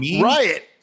Riot